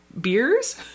beers